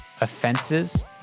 offenses